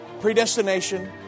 predestination